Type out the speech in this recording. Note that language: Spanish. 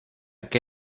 que